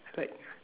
like